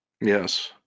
Yes